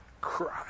cry